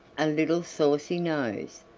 a little saucy nose,